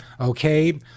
okay